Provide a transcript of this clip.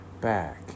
back